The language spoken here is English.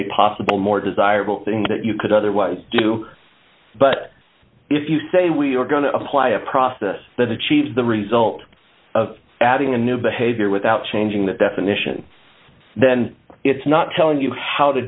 a possible more desirable thing that you could otherwise do but if you say we are going to apply a process that achieves the result of adding a new behavior without changing the definition then it's not telling you how to